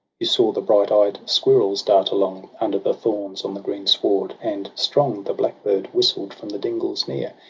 you saw the bright-eyed squirrels dart along under the thorns on the green sward and strong the blackbird whistled from the dingles near.